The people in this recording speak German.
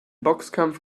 boxkampf